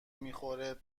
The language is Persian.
میخورم